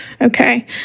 Okay